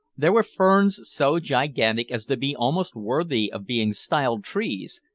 there were ferns so gigantic as to be almost worthy of being styled trees,